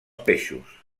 peixos